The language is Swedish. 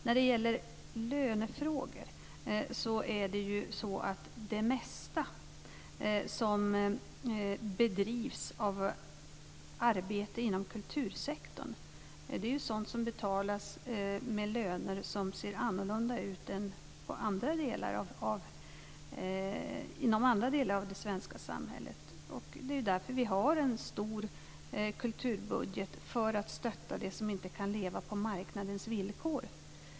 När det gäller lönefrågorna är det mesta som bedrivs av arbete inom kultursektorn sådant som betalas med löner som ser annorlunda ut än inom andra delar av det svenska samhället. Därför har vi en stor kulturbudget - vi ska stötta det som inte kan leva på marknadens villkor.